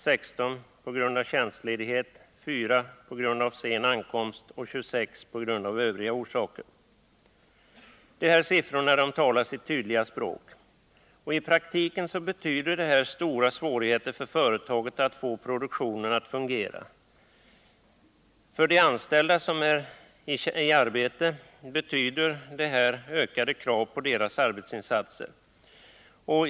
16 var frånvarande på grund av tjänstledighet, 4 på grund av sen ankomst och 26 på grund av övriga orsaker. Dessa siffror talar sitt tydliga språk. I praktiken betyder det här stora svårigheter för företaget att få produktionen att fungera. För de anställda som är i arbete betyder det ökade krav på deras arbetsinsatser.